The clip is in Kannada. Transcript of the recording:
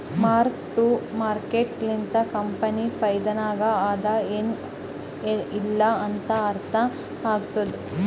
ಮಾರ್ಕ್ ಟು ಮಾರ್ಕೇಟ್ ಲಿಂತ ಕಂಪನಿ ಫೈದಾನಾಗ್ ಅದಾ ಎನ್ ಇಲ್ಲಾ ಅಂತ ಅರ್ಥ ಆತ್ತುದ್